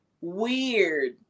weird